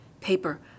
paper